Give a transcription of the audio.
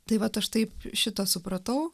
tai vat aš taip šitą supratau